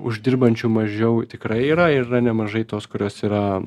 uždirbančių mažiau tikrai yra ir yra nemažai tos kurios yra